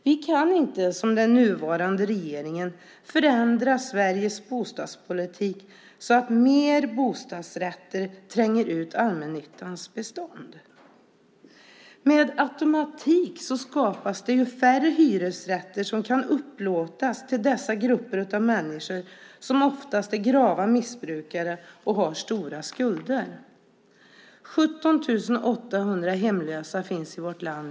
Vi kan inte, som den nuvarande regeringen, förändra Sveriges bostadspolitik så att mer bostadsrätter tränger ut allmännyttans bestånd. Med automatik skapas det färre hyresrätter som kan upplåtas till dessa grupper av människor som oftast är grava missbrukare och har stora skulder. 17 800 hemlösa finns i vårt land.